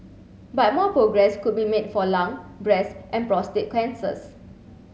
but more progress could be made for lung breast and prostate cancers